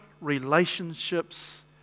relationships